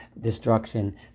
destruction